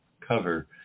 cover